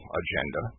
agenda